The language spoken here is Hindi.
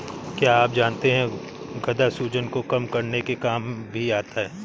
क्या आप जानते है गदा सूजन को कम करने के काम भी आता है?